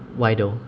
why though